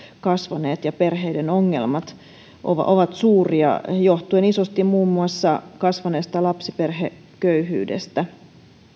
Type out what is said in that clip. kasvaneet ja perheiden ongelmat ovat suuria johtuen isosti muun muassa kasvaneesta lapsiperheköyhyydestä